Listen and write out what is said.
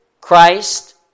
Christ